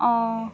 हां